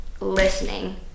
listening